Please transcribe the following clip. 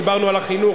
דיברנו על החינוך,